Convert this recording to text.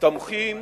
תומכים